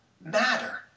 matter